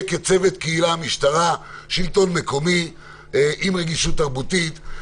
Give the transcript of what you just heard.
כצוות קהילה-משטרה-שלטון מקומי עם רגישות תרבותית,